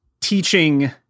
teaching